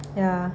ya